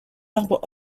arbre